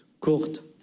courte